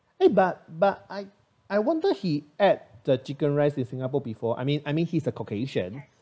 eh but but I I wonder he ate the chicken rice in singapore before I mean I mean he's a caucasian